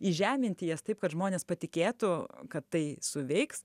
įžeminti jas taip kad žmonės patikėtų kad tai suveiks